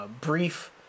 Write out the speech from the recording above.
brief